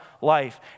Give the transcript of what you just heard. life